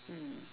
mm